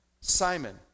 Simon